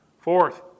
Fourth